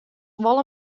wol